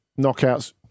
knockouts